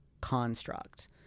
construct